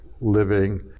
living